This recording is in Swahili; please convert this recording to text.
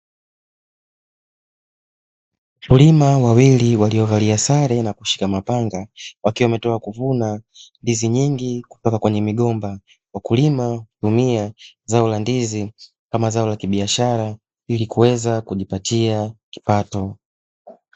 Wakulima wawili waliovalia sare na kushika mapanga, wakiwa wametoka kuvuna ndizi nyingi kutoka kwenye migomba, wakulima hutumika zao la ndizi kama zao la kibiashara ili kuweza kujipatia kipato .